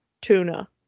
tuna